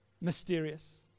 mysterious